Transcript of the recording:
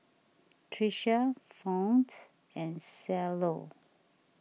Tricia Fount and Cielo